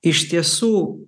iš tiesų